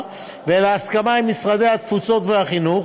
ולהסכמה עם משרדי התפוצות והחינוך.